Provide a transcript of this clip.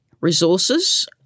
resources